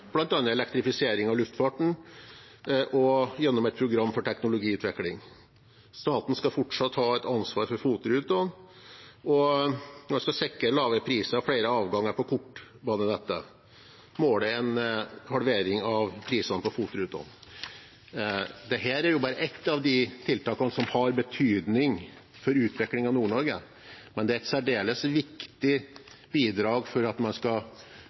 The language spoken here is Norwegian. elektrifisering av luftfarten, blant annet gjennom et program for teknologiutvikling.» Staten skal fortsatt ha et ansvar for FOT-rutene, og man skal «sikre lave priser og flere avganger på kortbanenettet. Målet er en halvering av prisene på FOT-rutene.» Dette er bare ett av de tiltakene som har betydning for utviklingen av Nord-Norge, men det er et særdeles viktig bidrag for at man skal